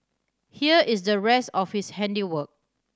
here is the rest of his handiwork